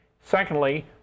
Secondly